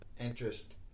interest